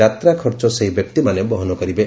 ଯାତ୍ରା ଖର୍ଚ୍ଚ ସେହି ବ୍ୟକ୍ତିମାନେ ବହନ କରିବେ